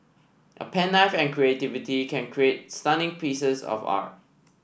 a pen knife and creativity can create stunning pieces of art